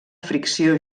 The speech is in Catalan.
fricció